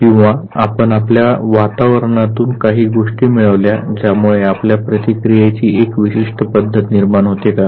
किंवा आपण आपल्या वातावरणातून काही गोष्टी मिळवल्या ज्यामुळे आपल्या प्रतिक्रियेची एक विशिष्ट पद्धत निर्माण होते का